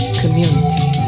community